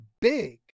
big